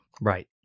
Right